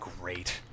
great